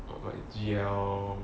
or like G_L